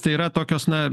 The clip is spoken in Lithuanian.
tai yra tokios na